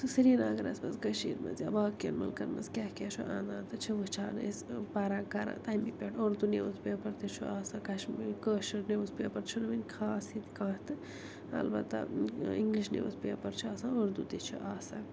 سرینگرس منٛز کٔشیٖرِ منٛز یا باقین ملکن منٛز کیٛاہ کیٛاہ چھُ اَنان تہٕ چھِ وٕچھان أسۍ پَران کَران تمی پٮ۪ٹھ اُرود نِوٕز پیپر تہِ چھُ آسان کشمیٖر کٲشُر نِوٕز پیپر چھُنہٕ وٕنۍ خاص کانٛہہ تہٕ البتہ اِنٛگلِش نِوٕز پیپر چھُ آسان اُرود تہِ چھُ آسان